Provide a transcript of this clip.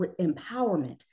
empowerment